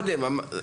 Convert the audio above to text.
זה מה שציינתי קודם.